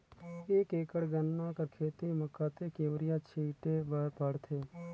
एक एकड़ गन्ना कर खेती म कतेक युरिया छिंटे बर पड़थे?